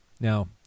Now